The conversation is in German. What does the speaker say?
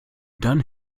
dann